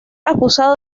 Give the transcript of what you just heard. acusado